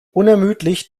unermüdlich